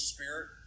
Spirit